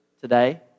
today